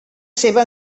seva